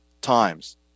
times